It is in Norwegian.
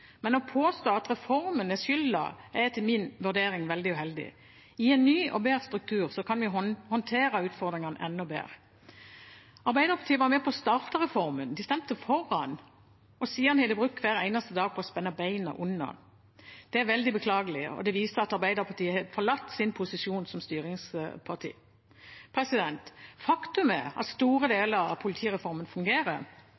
men å påstå at reformen har skylden, er etter min vurdering veldig uheldig. I en ny og bedre struktur kan vi håndtere utfordringene enda bedre. Arbeiderpartiet var med på å starte reformen, de stemte for den, og siden har de brukt hver eneste dag på å spenne beina under den. Det er veldig beklagelig, og det viser at Arbeiderpartiet har forlatt sin posisjon som styringsparti. Faktum er at store